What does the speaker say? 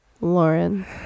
lauren